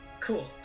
Cool